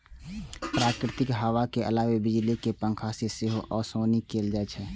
प्राकृतिक हवा के अलावे बिजली के पंखा से सेहो ओसौनी कैल जाइ छै